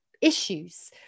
issues